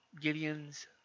Gideon's